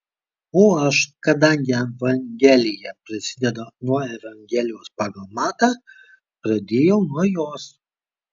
o aš kadangi evangelija prasideda nuo evangelijos pagal matą pradėjau nuo jos